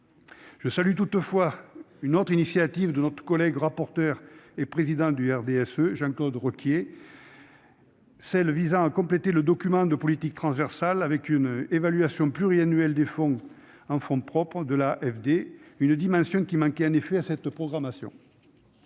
Je salue toutefois une autre initiative de notre collègue rapporteur pour avis et président du RDSE, Jean-Claude Requier, celle qui vise à compléter le document de politique transversale avec une évaluation pluriannuelle des besoins en fonds propres de l'AFD, une dimension qui manquait en effet à cette programmation.